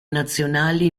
nazionali